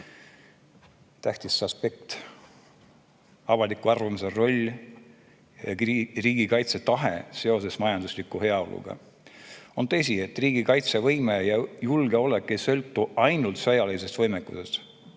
Tähtis aspekt on avaliku arvamuse roll ja riigikaitsetahe seoses majandusliku heaoluga. On tõsi, et riigi kaitsevõime ja julgeolek ei sõltu ainult sõjalisest võimekusest,